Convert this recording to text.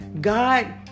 God